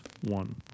one